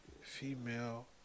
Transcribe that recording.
female